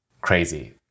crazy